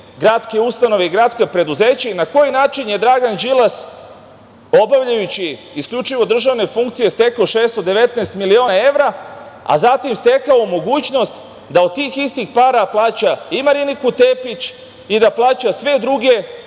gradske ustanove i gradska preduzeća, i na koji način je Dragan Đilas, obavljajući isključivo državne funkcije stekao 619 miliona evra, a zatim stekao mogućnost da od tih istih para plaća i Mariniku Tepić i da plaća sve druge